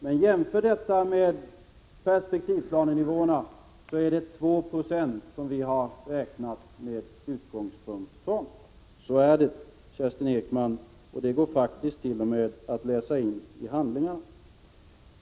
Men om man jämför med perspektivplanenivåerna är det 2 90 som vi har räknat med såsom utgångspunkt. Så är det, Kerstin Ekman. Det går faktiskt t.o.m. att läsa i handlingarna.